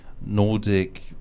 Nordic